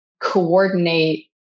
coordinate